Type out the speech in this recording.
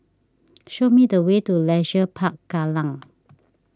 show me the way to Leisure Park Kallang